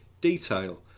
detail